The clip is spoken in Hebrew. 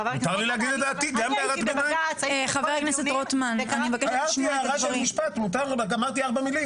חבר הכנסת רוטמן --- מותר לי להגיד את דעתי גם בהערת ביניים.